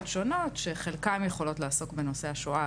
שונות שחלקן יכולות לעסוק בנושא השואה,